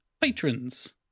patrons